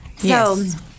Yes